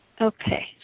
okay